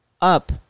up